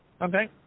Okay